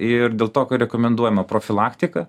ir dėl to rekomenduojama profilaktika